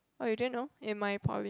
oh you didn't know in my poly